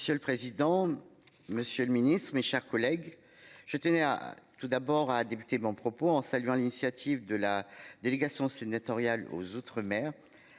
Monsieur le président. Monsieur le Ministre, mes chers collègues, je tenais à tout d'abord à débuter mon propos en saluant l'initiative de la délégation sénatoriale aux outre-mer.